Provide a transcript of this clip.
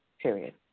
Period